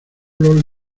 los